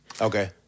Okay